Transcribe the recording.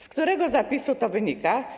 Z którego zapisu to wynika?